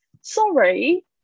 sorry